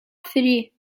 three